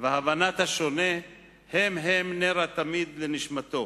והבנת השונה הן הן נר התמיד לנשמתו,